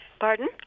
Pardon